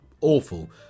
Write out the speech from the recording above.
awful